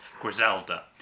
Griselda